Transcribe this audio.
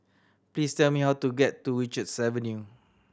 please tell me how to get to Richards Avenue